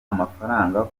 amafaranga